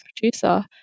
producer